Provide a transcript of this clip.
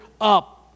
up